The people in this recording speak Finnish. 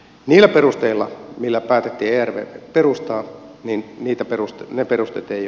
ne perusteet joilla päätettiin ervv perustaa niin niitä perusta ja perustettiin